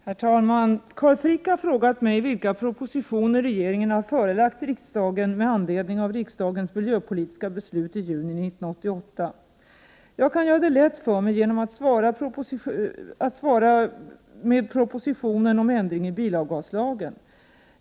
Herr talman! Carl Frick har frågat mig vilka propositioner regeringen har förelagt riksdagen med anledning av riksdagens miljöpolitiska beslut i juni 1988. Jag kan göra det lätt för mig genom att svara med propositionen om ändring i bilavgaslagen.